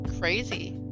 crazy